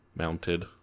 mounted